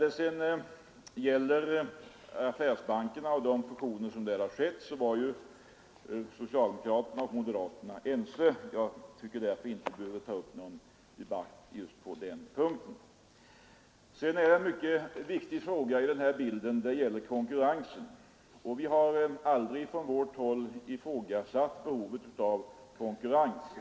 I vad sedan gäller de fusioner som skett på affärsbankernas område så har ju socialdemokrater och moderater varit ense, och därför tycker jag att vi inte behöver ta upp någon debatt om den saken. En mycket viktig punkt i detta sammanhang är konkurrensen. Från vårt håll har vi aldrig ifrågasatt behovet av konkurrens.